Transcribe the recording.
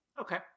Okay